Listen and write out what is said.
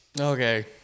Okay